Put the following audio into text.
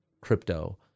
crypto